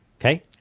okay